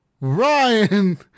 Ryan